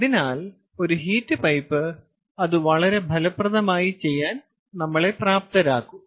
അതിനാൽ ഒരു heat pipe അത് വളരെ ഫലപ്രദമായി ചെയ്യാൻ നമ്മളെ പ്രാപ്തരാക്കും